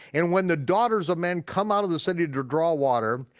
and when the daughters of men come out of the city to draw water,